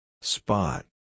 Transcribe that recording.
Spot